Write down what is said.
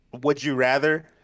would-you-rather